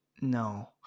No